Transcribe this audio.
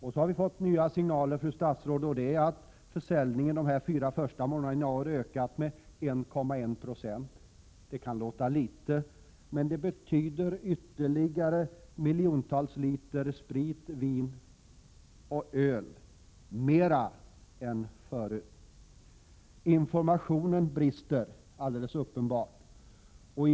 Nu har vi fått nya signaler, fru statsråd, om att alkoholförsäljningen de fyra första månaderna i år har ökat med 1,1 960. Siffran kan verka liten, men det här betyder att det har sålts miljontals fler liter sprit, vin och öl än tidigare. Det finns uppenbarligen brister i informationen.